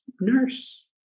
nurse